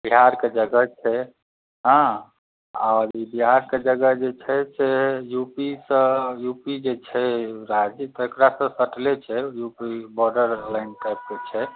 बिहारके जगह छै हँ आओर ई बिहारके जगह जे छै से यू पी सँ यूपी जे छै राज्य तकरासँ सटले छै यू पी बॉर्डर करके छै